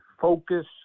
focus